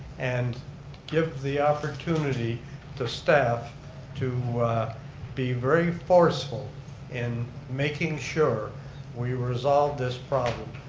and give the opportunity to staff to be very forceful in making sure we resolve this problem,